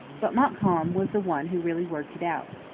but montcalm was the one who really worked it out.